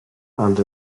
and